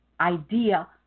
idea